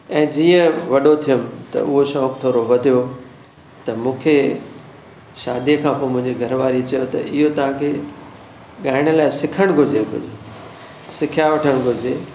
ऐं जीअं वॾो थियुमि त उहो शौंक़ु थोरो वधियो त मूंखे शादी खां पोइ मुंहिंजी घरवारीअ चयो त इहो तव्हांखे ॻाइण लाइ सिखणु घुरिजे भई सिखिया वठणु घुरिजे